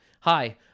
hi